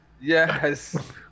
Yes